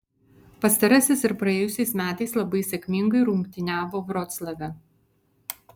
pastarasis ir praėjusiais metais labai sėkmingai rungtyniavo vroclave